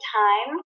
time